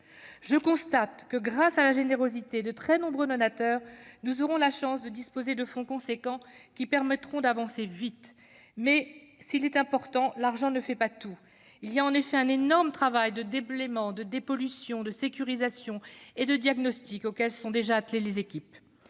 Je constate que, grâce à la générosité de très nombreux donateurs, nous aurons la chance de disposer de fonds considérables, qui permettront d'avancer vite. Mais s'il est important, l'argent ne fait pas tout. Il faut en effet effectuer un énorme travail de déblaiement, de dépollution, de sécurisation et de diagnostic, auquel se sont déjà attelées les équipes.